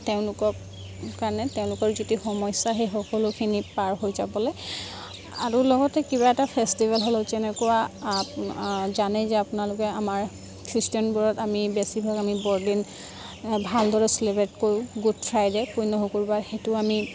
তেওঁলোকক কাৰণে তেওঁলোকৰ যিটো সমস্যা সেই সকলোখিনি পাৰ হৈ যাবলে আৰু লগতে কিবা এটা ফেষ্টিভেল হ'লেও যেনেকুৱা জানেই যে আপোনালোকে আমাৰ খ্ৰীষ্টিয়ানবোৰত আমি বেছিভাগ আমি বৰদিন ভালদৰে চেলেব্ৰেট কৰোঁ গুড ফ্ৰাইডে' পূণ্য শুকুৰবাৰ সেইটো আমি